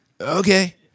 okay